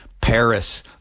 paris